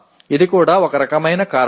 ఇది కూడా ఒక రకమైన కారణం